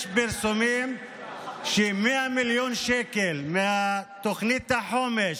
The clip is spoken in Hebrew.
יש פרסומים ש-100 מיליון שקל מתוכנית החומש,